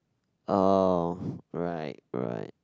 oh right right